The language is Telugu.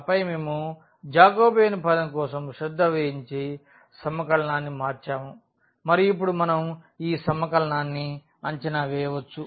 ఆపై మేము జాకోబియన్ పదం కోసం శ్రద్ధ వహించి సమకలనాన్ని మార్చాము మరియు ఇప్పుడు మనం ఈ సమకలనాన్ని అంచనా వేయవచ్చు